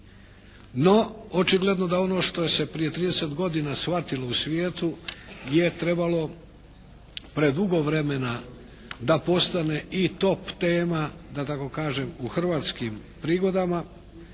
No, očigledno da ono što se prije 30 godina shvatilo u svijetu je trebalo predugo vremena da postane i top tema da tako kažem u hrvatskim prigodama